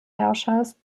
herrschers